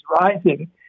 rising